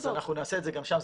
אז אנחנו נעשה את זה גם שם.